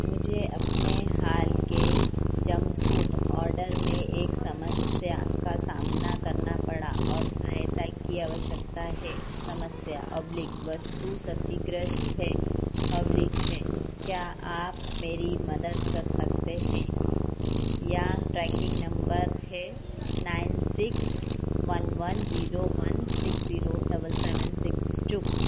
मुझे अपने हाल के जम्पसूट ऑर्डर में एक समस्या का सामना करना पड़ा और सहायता की आवश्यकता है समस्या ऑब्लिग वस्तु क्षतिग्रस्त है ऑब्लिग है क्या आप मेरी मदद कर सकते हैं यह ट्रैकिन्ग नम्बर है nine six one one zero one six zero seven seven six to